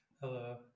Hello